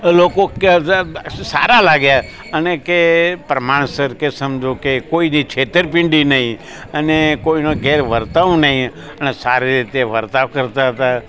લોકો કે સારા લાગ્યા અને કે પ્રમાણસર કે સમજો કે કોઈની છેતરપિંડી નહીં અને કોઈનો ગેર વર્તાવ નહીં અને સારી રીતે વર્તાવ કરતા હતા